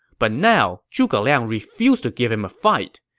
but now, zhuge liang refused to give him a fight.